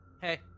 Hey